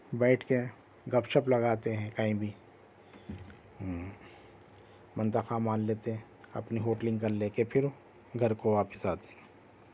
بیٹھ کے گپ شپ لگاتے ہیں کہیں بھی منطقہ مان لیتے اپنی ہوٹلنگ کر لے کے پھر گھر کو واپس آتے